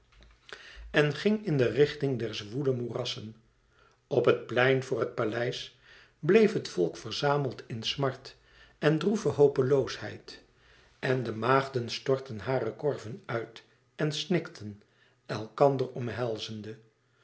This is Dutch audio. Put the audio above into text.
en ging in de richting der zwoele moerassen op het plein voor het paleis bleef het volk verzameld in smart en droeve hopeloosheid en de maagden stortten hare korven uit en snikten elkander omhelzende